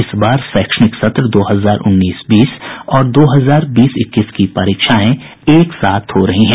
इस बार शैक्षणिक सत्र दो हजार उन्नीस बीस और दो हजार बीस इक्कीस की परीक्षाएं एक साथ हो रही हैं